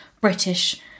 British